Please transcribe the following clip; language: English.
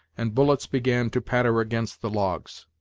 and bullets began to patter against the logs.